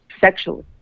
sexually